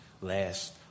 last